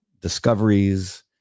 discoveries